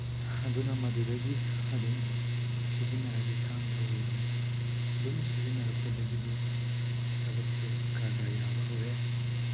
ꯑꯗꯨꯅ ꯃꯗꯨꯗꯒꯤ ꯑꯗꯨꯝ ꯁꯤꯖꯤꯟꯅꯔꯗꯤ ꯊꯥꯡ ꯊꯧꯋꯦꯗꯨꯅꯤ ꯑꯗꯨꯝ ꯁꯤꯖꯤꯟꯅꯔꯛꯄꯗꯒꯤꯗꯤ ꯊꯕꯛꯁꯦ ꯈꯔ ꯈꯔ ꯌꯥꯕ ꯍꯧꯔꯛꯑꯦ